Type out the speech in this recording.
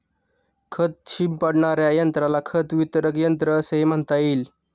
खत शिंपडणाऱ्या यंत्राला खत वितरक यंत्र असेही म्हणता येईल